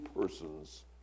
persons